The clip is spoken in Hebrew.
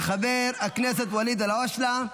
של חבר הכנסת ואליד אל הואשלה.